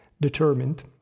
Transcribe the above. Determined